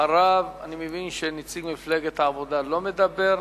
אחריו, אני מבין שנציג מפלגת העבודה לא מדבר.